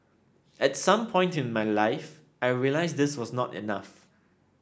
at some point in my life I realised this was not enough